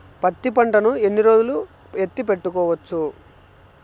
పత్తి పంటను ఎన్ని రోజులు ఎత్తి పెట్టుకోవచ్చు?